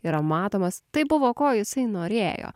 yra matomas tai buvo ko jisai norėjo